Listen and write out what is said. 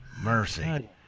Mercy